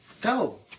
Go